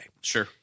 Sure